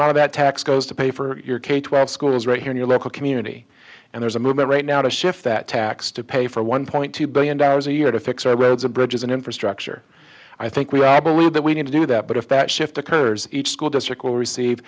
of out of that tax goes to pay for your k twelve schools right here in your local community and there's a movement right now to shift that tax to pay for one point two billion dollars a year to fix our roads and bridges and infrastructure i think we i believe that we need to do that but if that shift occurs each school district will receive